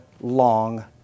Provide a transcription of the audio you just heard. long